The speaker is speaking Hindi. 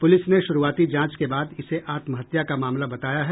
पुलिस ने शुरूआती जांच के बाद इसे आत्महत्या का मामला बताया है